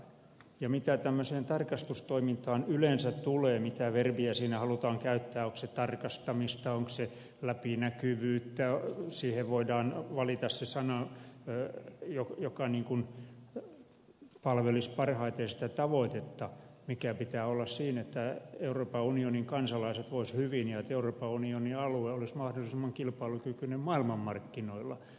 mitä tämmöiseen tarkastustoimintaan yleensä tulee mitä verbiä siinä halutaan käyttää onko se tarkastamista onko se läpinäkyvyyttä siihen voidaan valita se sana joka palvelisi parhaiten sitä tavoitetta minkä pitää olla siinä että euroopan unionin kansalaiset voisivat hyvin ja että euroopan unionin alue olisi mahdollisimman kilpailukykyinen maailmanmarkkinoilla